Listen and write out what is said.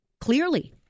Clearly